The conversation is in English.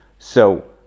so,